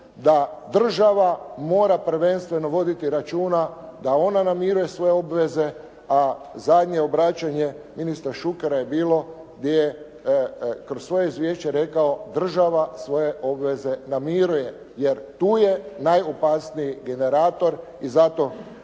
da država mora prvenstveno voditi računa da ona namiruje svoje obveze, a zadnje obraćanje ministra Šukera je bilo gdje je kroz svoje izvješće rekao: "Država svoje obveze namiruje", jer tu je najopasniji generator. I zato